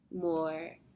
more